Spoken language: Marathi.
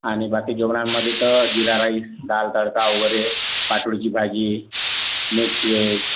आणि बाकी जेवणामध्ये तर जिरा राईस दाल तडका वगैरे पाटोळीची भाजी मिक्स व्हेज